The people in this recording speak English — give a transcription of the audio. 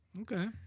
Okay